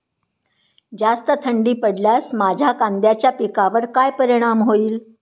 जास्त थंडी पडल्यास माझ्या कांद्याच्या पिकावर काय परिणाम होईल?